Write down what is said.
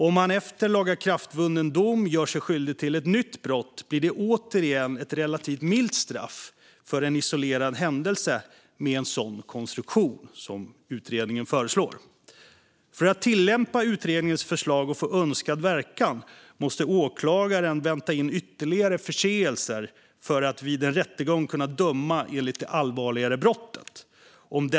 Om han efter lagakraftvunnen dom gör sig skyldig till ett nytt brott blir det återigen ett relativt milt straff för en isolerad händelse med en sådan konstruktion som utredningen föreslår. För att tillämpa utredningens lagförslag och få önskad verkan måste åklagaren vänta in ytterligare förseelser, om dessa över huvud taget kommer, för att vid en rättegång kunna döma enligt det allvarligare brottet.